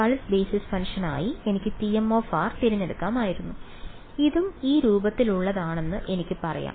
pulse basis function ആയി എനിക്ക് tm തിരഞ്ഞെടുക്കാമായിരുന്നു ഇതും ഈ രൂപത്തിലുള്ളതാണെന്ന് എനിക്ക് പറയാം